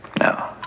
No